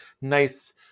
nice